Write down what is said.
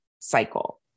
cycle